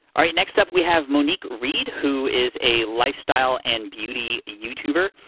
all right, next up, we have monique reed who is a lifestyle and beauty youtuber.